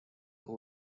who